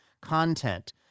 content